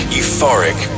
euphoric